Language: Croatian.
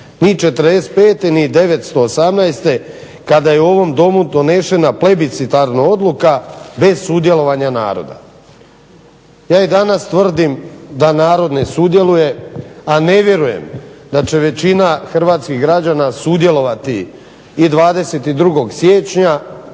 Ni '45. ni 1918. kada je u ovom Domu donešena plebiscitarna odluka bez sudjelovanja naroda". Ja i danas tvrdim da narod ne sudjeluje, a ne vjerujem da će većina hrvatskih građana sudjelovati i 22. Siječnja,